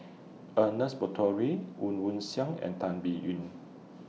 Ernest Monteiro Woon Wah Siang and Tan Biyun